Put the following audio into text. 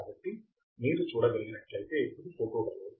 కాబట్టి మీరు చూడగలిగినట్లయితే ఇది ఫోటోడయోడ్